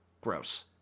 Gross